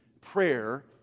prayer